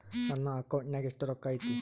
ನನ್ನ ಅಕೌಂಟ್ ನಾಗ ಎಷ್ಟು ರೊಕ್ಕ ಐತಿ?